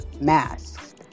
masks